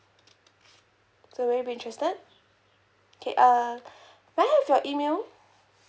so will you be interested okay uh may I have your email